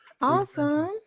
Awesome